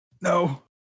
no